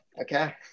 Okay